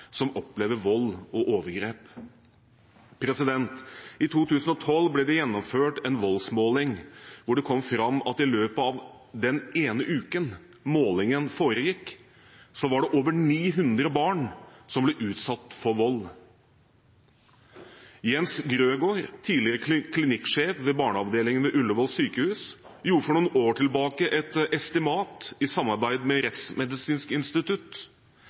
som opplever vold og overgrep. I 2012 ble det gjennomført en voldsmåling, hvor det kom fram at i løpet av den ene uken målingen foregikk, var det over 900 barn som ble utsatt for vold. Jens Grøgaard, tidligere klinikksjef ved barneavdelingen ved Ullevål sykehus, gjorde for noen år tilbake et estimat i samarbeid med Rettsmedisinsk institutt.